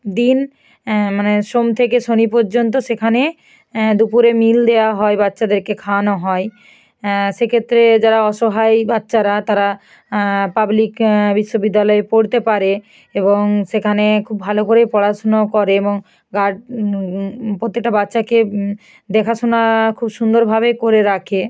দিন মানে সোম থেকে শনি পর্যন্ত সেখানে দুপুরে মিল দেয়া হয় বাচ্চাদেরকে খাওয়ানো হয় সেক্ষেত্রে যারা অসহায় বাচ্চারা তারা পাবলিক বিশ্ববিদ্যালয়ে পড়তে পারে এবং সেখানে খুব ভালো করে পড়াশুনো করে এবং গার্ড প্রত্যেকটা বাচ্চাকে দেখাশুনা খুব সুন্দরভাবে করে রাখে